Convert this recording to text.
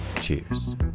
cheers